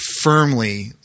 firmly